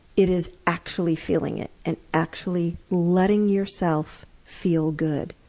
it is actually feeling it and actually letting yourself feel good.